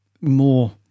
more